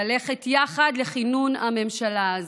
ללכת יחד לכינון הממשלה הזאת.